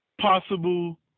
possible